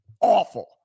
awful